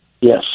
yes